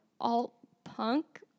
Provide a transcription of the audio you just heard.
alt-punk